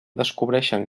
descobreixen